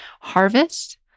harvest